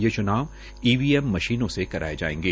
ये च्नाव ईवीएम मशीनों से कराये जायेंगे